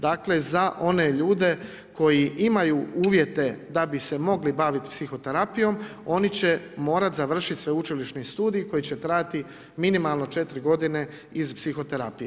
Dakle, za one ljude koji imaju uvjete da bi se mogli baviti psihoterapijom, oni će morati završiti sveučilišni studij, koji će trajati minimalno 4 g. iz psihoterapije.